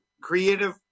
creative